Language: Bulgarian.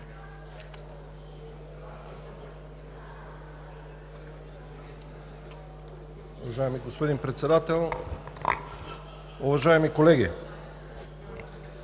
Уважаеми господин Председател, уважаеми колеги!